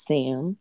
Sam